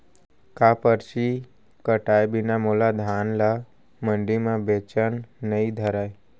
का परची कटाय बिना मोला धान ल मंडी म बेचन नई धरय?